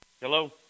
Hello